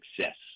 success